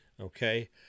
okay